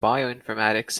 bioinformatics